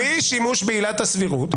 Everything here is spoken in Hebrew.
בלי שימוש בעילת הסבירות.